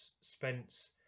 Spence